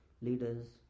leaders